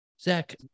Zach